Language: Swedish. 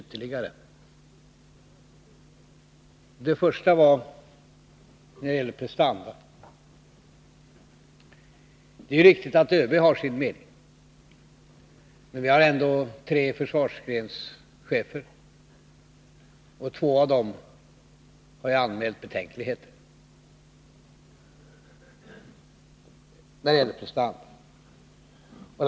För det första gällde det planets prestanda. Det är riktigt att ÖB har sin mening, men det finns ändå tre försvarsgrenschefer, och två av dem har anmält betänkligheter när det gäller prestanda.